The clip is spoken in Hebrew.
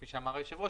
כפי שאמר היושב-ראש,